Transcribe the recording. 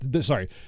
sorry